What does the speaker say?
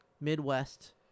Midwest